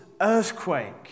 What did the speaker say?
earthquake